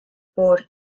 por